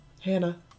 Hannah